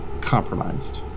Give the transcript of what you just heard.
Compromised